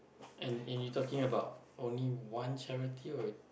and and you talking about only one charity or